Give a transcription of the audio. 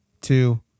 two